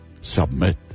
submit